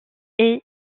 est